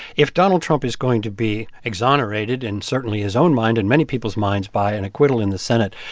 if donald trump is going to be exonerated and certainly his own mind and many people's minds by an acquittal in the senate,